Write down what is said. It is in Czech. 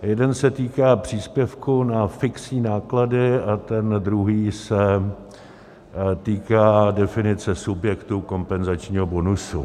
Jeden se týká příspěvků na fixní náklady a ten druhý se týká definice subjektů kompenzačního bonusu.